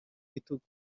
bitugu